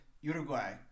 Uruguay